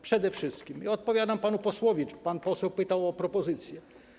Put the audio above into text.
Przede wszystkim odpowiadam panu posłowi, pan poseł pytał o propozycje.